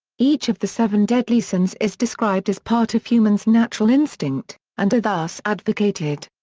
each of the seven deadly sins is described as part of human's natural instinct, and are thus advocated.